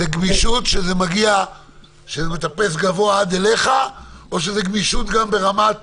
זאת גמישות שמגיעה עד אליך, או שזה גם ברמת